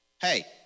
hey